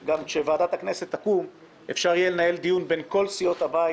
כשוועדת הכנסת תקום אפשר יהיה לנהל דיון בין כל סיעות הבית